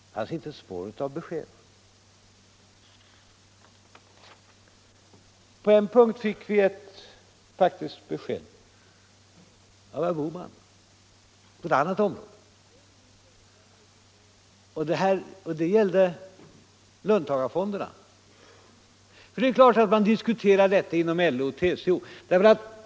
Det fanns inte ett spår av besked. På en punkt fick vi faktiskt besked — av herr Bohman, på ett annat område. Det gällde löntagarfonderna. Det är klart att den frågan diskuteras inom LO och TCO.